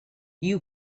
you